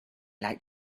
like